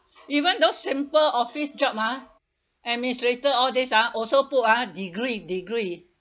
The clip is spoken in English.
even though simple office job ah administrator all these ah also put ah degree degree